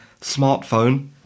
smartphone